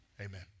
amen